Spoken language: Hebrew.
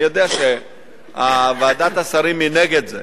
אני יודע שוועדת השרים היא נגד זה,